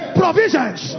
provisions